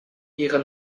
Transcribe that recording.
ihren